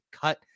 cut